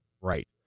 Right